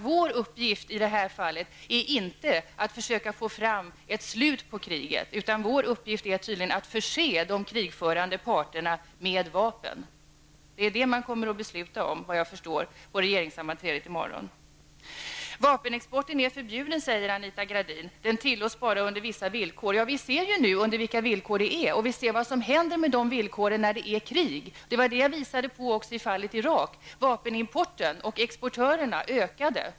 Vår uppgift i detta fall är inte att försöka få ett slut på kriget, utan det är tydligen att förse de krigförande parterna med vapen. Det är, vad jag förstår, detta som man på regeringssammanträdet i morgon kommer att besluta om. Anita Gradin säger att vapenexporten är förbjuden och att den tillåts bara under vissa villkor. Vi ser ju nu vilka villkoren är, och vi ser vad som händer med villkoren när det är krig. Jag visade också när det gällde fallet Irak att vapenexporten och antalet exportörer ökade.